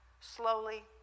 slowly